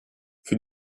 für